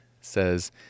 says